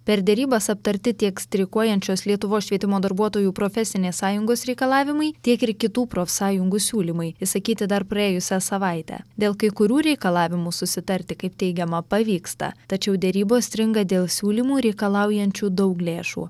per derybas aptarti tiek streikuojančios lietuvos švietimo darbuotojų profesinės sąjungos reikalavimai tiek ir kitų profsąjungų siūlymai išsakyti dar praėjusią savaitę dėl kai kurių reikalavimų susitarti kaip teigiama pavyksta tačiau derybos stringa dėl siūlymų reikalaujančių daug lėšų